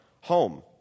home